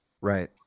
right